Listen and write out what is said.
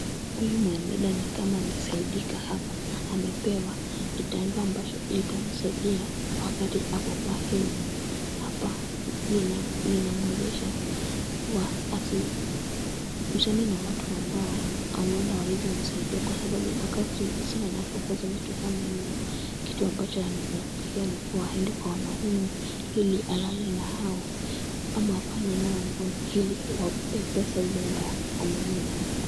Huyu mwanadada ni kama amesaidika hapa. Amepewa kitambaa ambacho kitamsaidia, wakati ako kwa hedhi. Hapa linamuwezesha kuwa asihusiane na watu ambao huenda hawawezi msaidia. Kwa sababu wakati msichana anapokosa vitu kama hivi, kitu ambacho anaweza fikiria, ni kuwa aende kwa wanaume, ili alale nao ama afanye nao ngono, ili wampee pesa ili aende anunue nayo.